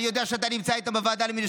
אני יודע שאתה נמצא איתם בוועדה למינוי